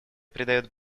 придает